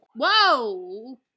Whoa